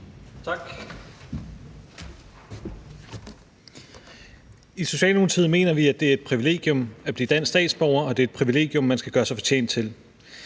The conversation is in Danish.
I Socialdemokratiet mener vi, at det er et privilegium at blive dansk statsborger, og det er et privilegium, man skal gøre sig fortjent til.